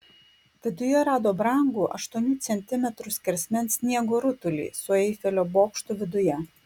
viduje rado brangų aštuonių centimetrų skersmens sniego rutulį su eifelio bokštu viduje